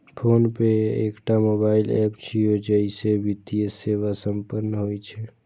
PhonePe एकटा mobile app छियै, जइसे वित्तीय सेवा संपन्न होइ छै